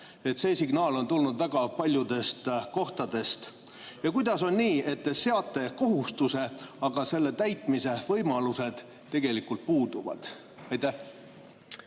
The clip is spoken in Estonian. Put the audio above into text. See signaal on tulnud väga paljudest kohtadest. Kuidas on nii, et te seate kohustuse, aga selle täitmise võimalused puuduvad? Aitäh,